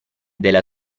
della